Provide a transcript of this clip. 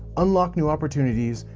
unlock new opportunities,